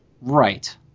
Right